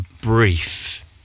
brief